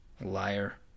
Liar